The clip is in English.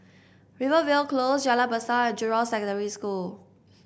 Rivervale Close Jalan Besar and Jurong Secondary School